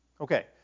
Okay